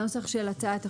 הנוסח של הצעת החוק.